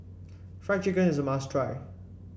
Fried Chicken is must try